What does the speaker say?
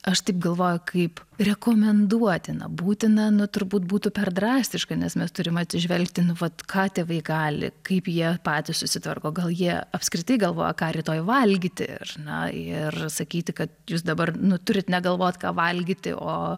aš taip galvoju kaip rekomenduotina būtina nu turbūt būtų per drastiška nes mes turim atsižvelgti nu vat ką tėvai gali kaip jie patys susitvarko gal jie apskritai galvoja ką rytoj valgyti ar ne ir sakyti kad jūs dabar nu turit negalvot ką valgyti o